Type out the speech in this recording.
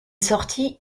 sorti